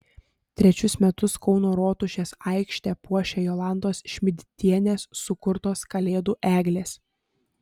trečius metus kauno rotušės aikštę puošia jolantos šmidtienės sukurtos kalėdų eglės